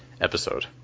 episode